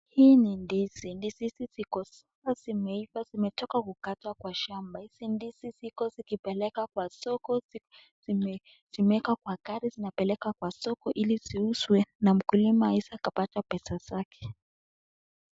Hii ni ndizi. Ndizi hizi ziko zimeiva zimetoka kukatwa kwa shamba, hizi ndizi ziko zikipelekwa kwa soko zimewekwa kwa gari inapelekwa kwa soko ili ziuzwe na mkulima aweze kupata pesa zake.